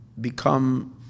become